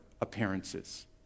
appearances